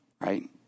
Right